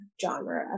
genre